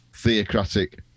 theocratic